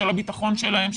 של הביטחון שלהם,